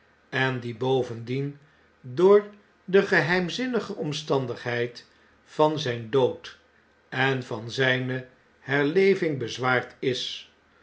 en die bovendien door de geheimzinnige omstandigheid van zp dood en van zpe herleving bezwaard is